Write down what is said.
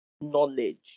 Knowledge